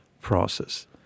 process